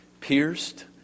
pierced